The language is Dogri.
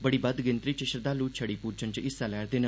बड़ी बद्ध गिनतरी च श्रद्धालु छड़ी पूजन च हिस्सा लै'रदे न